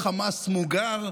חמאס מוגר?